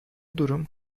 durum